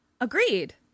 Agreed